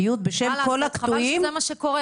לדיון אצלו.